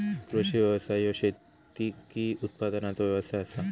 कृषी व्यवसाय ह्यो शेतकी उत्पादनाचो व्यवसाय आसा